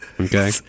Okay